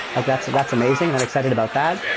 like that's that's amazing and i'm excited about that.